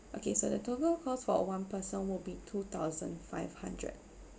okay so the total cost for one person would be two thousand five hundred